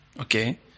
Okay